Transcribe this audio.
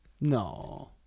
No